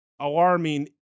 alarming